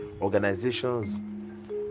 organizations